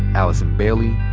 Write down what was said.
allison bailey,